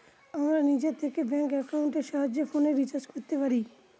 আমরা নিজে থেকে ব্যাঙ্ক একাউন্টের সাহায্যে ফোনের রিচার্জ করতে পারি